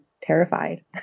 terrified